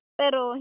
pero